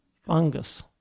fungus